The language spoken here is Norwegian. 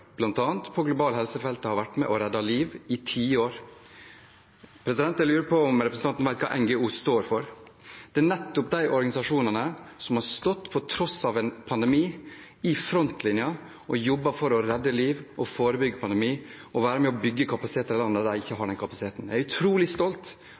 helsefeltet har vært med og reddet liv i tiår. Jeg lurer på om representanten vet hva NGO står for. Det er nettopp de organisasjonene som til tross for en pandemi har stått i frontlinjen og jobbet for å redde liv og forebygge pandemien, og vært med på å bygge kapasitet i de landene der de ikke